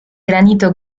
granito